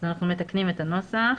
אנחנו מתקנים את הנוסח.